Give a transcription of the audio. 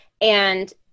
And-